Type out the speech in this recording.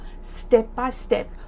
step-by-step